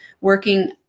working